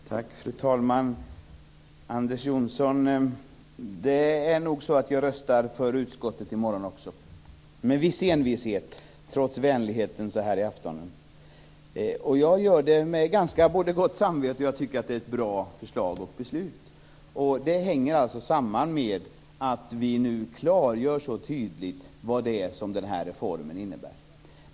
Fru talman! Det är nog så, Anders Johnson, att jag också i morgon röstar för utskottets hemställan - med en viss envishet, trots vänligheten här under aftonen. Jag gör det med gott samvete. Jag tycker att det är ett bra förslag till beslut. Det hänger samman med att vi nu så tydligt klargör vad den här reformen innebär.